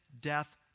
death